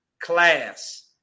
class